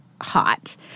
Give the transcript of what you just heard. hot